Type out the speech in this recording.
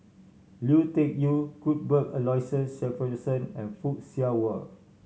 Lui Tuck Yew Cuthbert Aloysius Shepherdson and Fock Siew Wah